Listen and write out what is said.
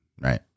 right